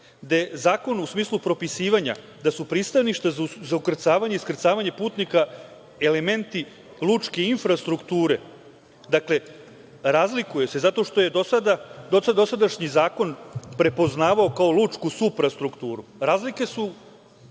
gde zakon u smislu propisivanja da su pristaništa za ukrcavanje i iskrcavanje putnika elementi lučke infrastrukture, dakle, razlikuje se, zato što je dosadašnji zakon prepoznavao kao lučku suprastrukturu. Razlike su,